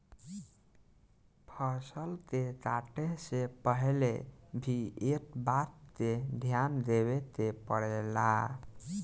फसल के काटे से पहिले भी एह बात के ध्यान देवे के पड़ेला